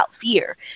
fear